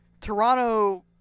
Toronto